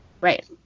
Right